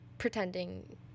pretending